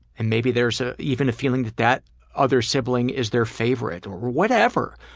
and maybe there's ah even a feeling that that other sibling is their favorite, or whatever.